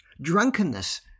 Drunkenness